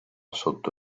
sotto